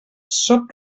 sóc